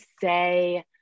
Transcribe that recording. say